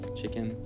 chicken